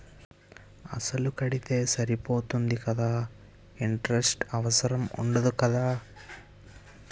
అసలు కడితే సరిపోతుంది కదా ఇంటరెస్ట్ అవసరం ఉండదు కదా?